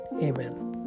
Amen